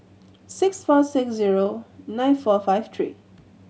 six four six zero nine four five tree